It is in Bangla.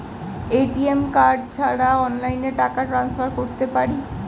এ.টি.এম কার্ড ছাড়া অনলাইনে টাকা টান্সফার করতে পারি?